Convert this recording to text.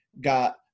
got